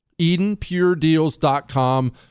EdenPureDeals.com